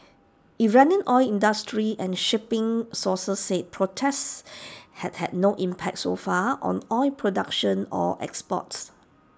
Iranian oil industry and shipping sources said protests had had no impact so far on oil production or exports